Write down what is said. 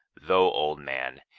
though old man,